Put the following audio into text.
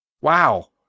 Wow